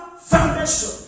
foundation